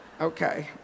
Okay